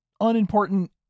unimportant